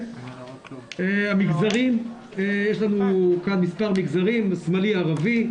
יש לנו כאן מספר מגזרים שמאלי ערבי,